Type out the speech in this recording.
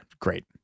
Great